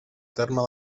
terme